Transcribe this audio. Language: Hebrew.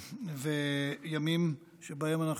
ימים שבהם,